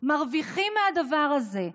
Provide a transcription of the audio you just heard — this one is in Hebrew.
מרוויחים מהדבר הזה.